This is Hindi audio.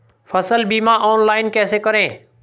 फसल बीमा ऑनलाइन कैसे करें?